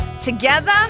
together